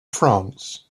france